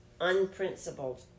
unprincipled